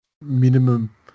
minimum